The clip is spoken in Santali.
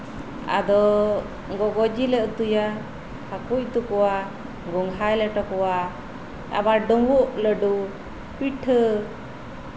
ᱟᱫᱚ ᱜᱚᱜᱚ ᱡᱤᱞ ᱮ ᱩᱛᱩᱭᱟ ᱦᱟᱹᱠᱩᱭ ᱩᱛᱩᱭᱟ ᱜᱚᱝᱜᱷᱟᱭ ᱞᱮᱞᱚ ᱠᱚᱣᱟ ᱟᱵᱟᱨ ᱰᱩᱢᱵᱩᱜ ᱞᱟᱹᱰᱩ ᱯᱤᱴᱷᱟ ᱹ